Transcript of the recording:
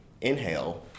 inhale